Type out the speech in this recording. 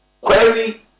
query